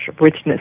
richness